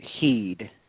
heed